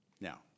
Now